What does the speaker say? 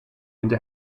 into